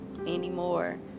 anymore